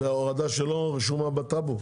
זו הורדה שלא רשומה בתכנית?